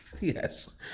Yes